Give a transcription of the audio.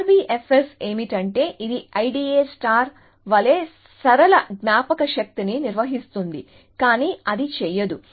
RBFS ఏమిటంటే ఇది IDA వలె సరళ జ్ఞాపకశక్తిని నిర్వహిస్తుంది కానీ అది చేయదు